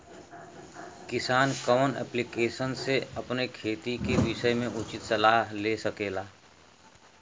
किसान कवन ऐप्लिकेशन से अपने खेती के विषय मे उचित सलाह ले सकेला?